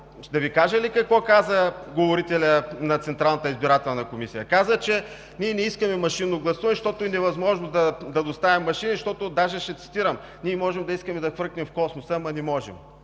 Да Ви кажа ли какво каза говорителят на Централната избирателна комисия? Каза: ние не искаме машинно гласуване, защото е невъзможно да доставим машини. Даже ще цитирам: „Ние може да искаме да хвръкнем в Космоса, ама не можем.“